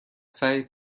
سعی